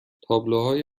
تابلوهای